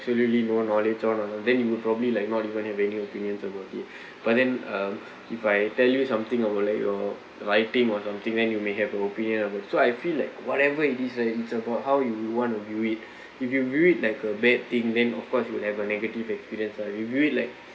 really no knowledge on then you will probably like not even many opinions about it but then um if I tell you something about like your life thing or something then you may have a opinion about it so I feel like whatever you decide it's about how you want to view it if you view it like a bad thing then of course you'll have a negative experience ah if you view it like